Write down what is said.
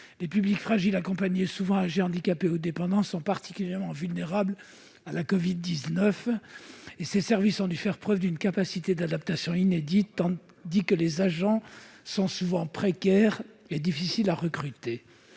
Les publics fragiles accompagnés, souvent âgés, handicapés ou dépendants, sont particulièrement vulnérables à la covid-19, et ces services ont dû faire preuve d'une capacité d'adaptation inédite, tandis que les agents sont souvent précaires et difficiles à recruter.